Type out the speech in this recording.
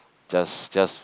just just